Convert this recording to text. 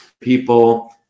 people